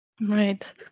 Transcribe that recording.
Right